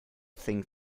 think